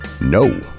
No